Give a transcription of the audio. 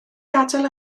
gadael